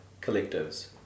collectives